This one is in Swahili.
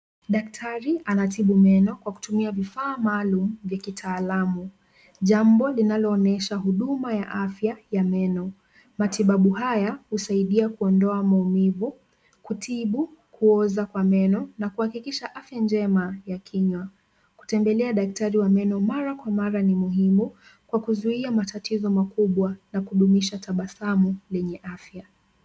Daktari anatibu meno kwa kutumia vifaa maalum vya kitaalamu. Jambo linaloonyesha huduma ya afya ya meno. Matibabu haya, husaidia kuondoa maumivu, kutibu kuoza kwa meno na kuhakikisha afya njema ya kinywa. Kutembelea daktari wa meno mara kwa mara ni muhimu kwa kuzuia matatizo makubwa na kudumisha tabasamu lenye afya.